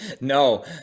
No